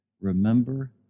remember